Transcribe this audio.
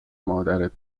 مادرت